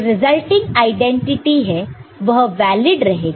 जो resulting identity है वह वैलेड रहेगा